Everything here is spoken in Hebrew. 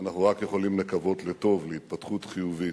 ואנחנו רק יכולים לקוות לטוב, להתפתחות חיובית.